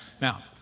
Now